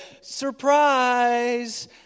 surprise